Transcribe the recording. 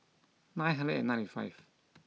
nine hundred and ninety five